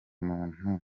muntu